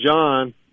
John